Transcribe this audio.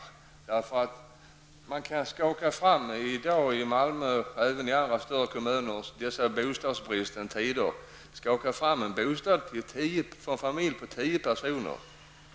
I dessa bostadsbristens tider är det inte så lätt att i Malmö eller i andra större kommuner skaka fram en bostad till en familj på tio personer.